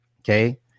okay